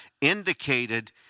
indicated